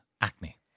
acne